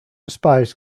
spice